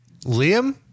Liam